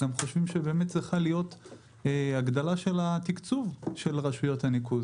אנחנו גם חושבים שצריכה להיות באמת הגדלה של התקצוב של רשויות הניקוז.